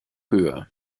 höher